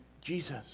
Jesus